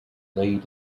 laid